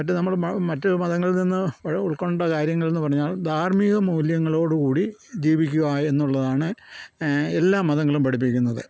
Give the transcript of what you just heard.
മറ്റ് നമ്മൾ മ മറ്റ് മതങ്ങളിൽ നിന്ന് ഉൾക്കൊണ്ട കാര്യങ്ങളെന്ന് പറഞ്ഞാൽ ധാർമിക മൂല്യങ്ങളോട് കൂടി ജീവിക്കുക എന്നുള്ളതാണ് എല്ലാ മതങ്ങളും പഠിപ്പിക്കുന്നത്